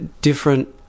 different